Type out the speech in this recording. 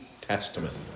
Testament